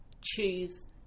choose